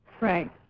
Right